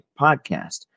podcast